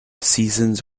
seasons